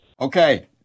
okay